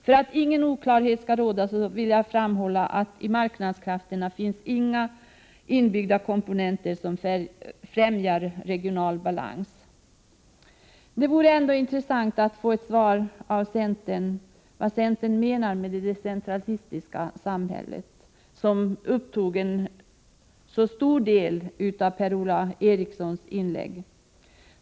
För att ingen oklarhet skall råda, vill jag framhålla att det i marknadskrafterna inte finns några komponenter inbyggda som främjar regional balans. Det vore ändå intressant att få veta vad centern menar med det decentraliserade samhället, som upptog en så stor del av Per-Ola Erikssons inlägg.